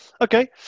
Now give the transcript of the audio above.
Okay